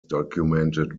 documented